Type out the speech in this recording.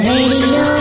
Radio